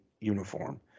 uniform